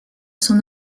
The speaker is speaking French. son